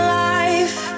life